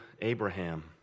Abraham